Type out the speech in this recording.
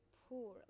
poor